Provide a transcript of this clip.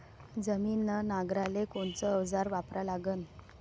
जमीन नांगराले कोनचं अवजार वापरा लागन?